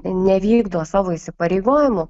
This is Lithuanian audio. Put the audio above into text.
nevykdo savo įsipareigojimų